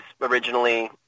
originally